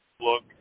look